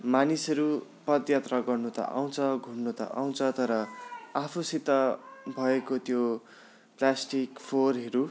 मानिसहरू पद यात्रा गर्नु त आउँछ घुम्नु त आउँछ तर आफूसित भएको त्यो प्लास्टिक फोहोरहरू